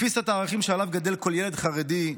לפי סט הערכים שעליו גדל כל ילד חרדי,